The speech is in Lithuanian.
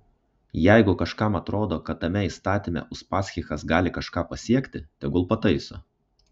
jeigu kažkam atrodo kad tame įstatyme uspaskichas gali kažką pasiekti tegul pataiso